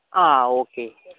ആ ഓക്കെ